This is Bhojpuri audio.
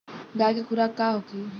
गाय के खुराक का होखे?